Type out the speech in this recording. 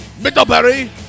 Middlebury